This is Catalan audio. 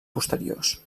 posteriors